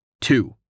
two